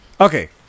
Okay